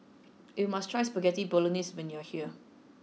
you must try Spaghetti Bolognese when you are here